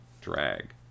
drag